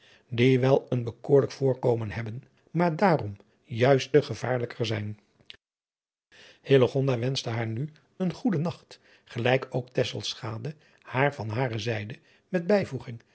die wel een bekoorlijk voorkomen hebben maar daarom juist te gevaarlijke rzijn hillegonda wenschte haar nu een goeden nacht gelijk ook tesselschade haar van hare zijde met bijvoeging